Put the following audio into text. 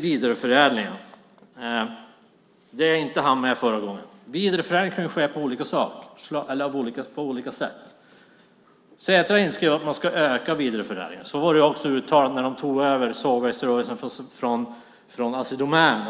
vidareförädling. Jag hann inte med den frågan förra gången. Vidareförädling kan ske på olika sätt. Setra har inskrivet att man ska öka vidareförädlingen. Så var det också uttalat när de tog över sågverksrörelsen från Assi Domän.